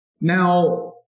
Now